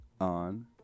on